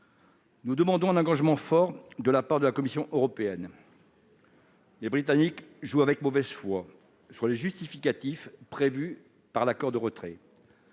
Nous demandons un engagement fort de la part de la Commission européenne. Les Britanniques jouent avec mauvaise foi sur les justificatifs prévus par l'accord de retrait.